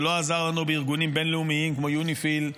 ולא עזר לנו עם ארגונים בין-לאומיים כמו יוניפי"ל,